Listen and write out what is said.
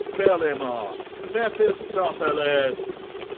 belimoth, mephistophilis?